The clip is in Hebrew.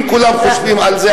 אם כולם חושבים על זה,